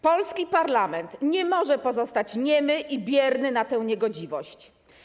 Polski parlament nie może pozostać niemy i bierny wobec tej niegodziwości.